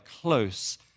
close